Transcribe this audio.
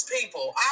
people